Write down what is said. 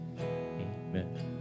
Amen